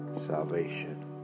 salvation